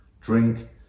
Drink